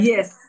Yes